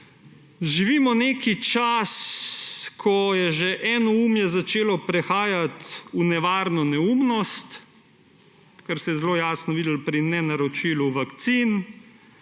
živimo neki čas, ko je že enoumje začelo prehajati v nevarno neumnost, kar se je zelo jasno videlo pri nenaročilu vakcin.